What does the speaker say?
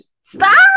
Stop